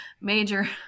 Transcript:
major